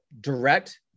direct